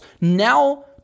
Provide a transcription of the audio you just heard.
now